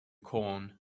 corn